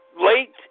late